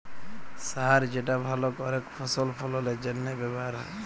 সার যেটা ভাল করেক ফসল ফললের জনহে ব্যবহার হ্যয়